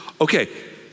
Okay